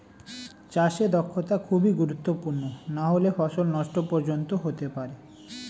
চাষে দক্ষতা খুবই গুরুত্বপূর্ণ নাহলে ফসল নষ্ট পর্যন্ত হতে পারে